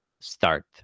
start